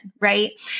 right